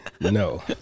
No